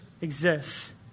exists